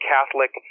Catholic